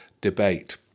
debate